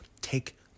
Take